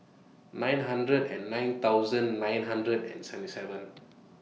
nine hundred nine thousand nine hundred and seventy seven